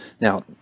now